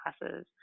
classes